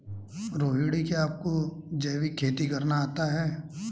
रोहिणी, क्या आपको जैविक खेती करना आता है?